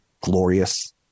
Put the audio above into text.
Glorious